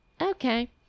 okay